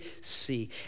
see